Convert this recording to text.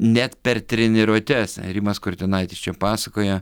net per treniruotes rimas kurtinaitis čia pasakoja